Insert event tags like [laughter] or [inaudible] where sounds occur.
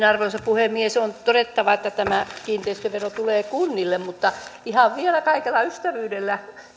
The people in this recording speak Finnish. [unintelligible] arvoisa puhemies on todettava että tämä kiinteistövero tulee kunnille mutta vielä kaikella ystävyydellä